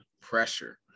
pressure